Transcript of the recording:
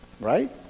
Right